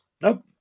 nope